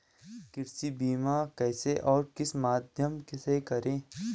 कृषि बीमा कैसे और किस माध्यम से करें?